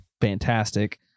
fantastic